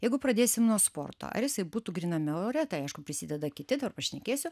jeigu pradėsim nuo sporto ar jisai būtų gryname ore tai aišku prisideda kiti dar pašnekėsiu